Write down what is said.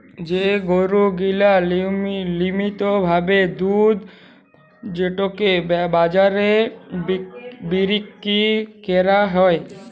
যে গরু গিলা লিয়মিত ভাবে দুধ যেটকে বাজারে বিক্কিরি ক্যরা হ্যয়